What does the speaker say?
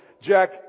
Jack